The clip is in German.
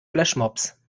flashmobs